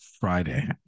Friday